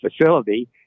facility